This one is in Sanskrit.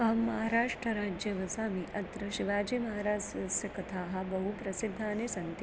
अहं महाराष्ट्रराज्ये वसामि अत्र शिवाजी महाराजस्य कथाः बहु प्रसिद्धानि सन्ति